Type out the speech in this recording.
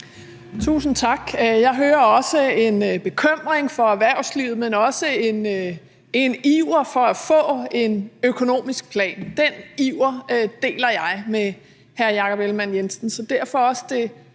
Tusind tak. Jeg hører også en bekymring for erhvervslivet, men også en iver for at få en økonomisk plan – den iver deler jeg med hr. Jakob Ellemann-Jensen.